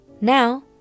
Now